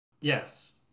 Yes